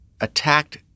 attacked